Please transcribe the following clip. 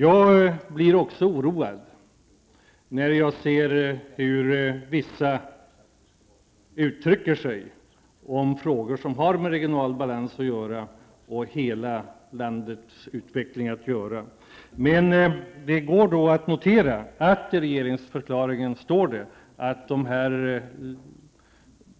Jag blir också oroad när jag ser hur vissa personer uttrycker sig när det gäller frågor som har med regional balans och hela landets utveckling att göra. Men man kan då notera att det i regeringsförklaringen står att